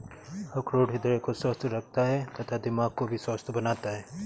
अखरोट हृदय को स्वस्थ रखता है तथा दिमाग को भी स्वस्थ बनाता है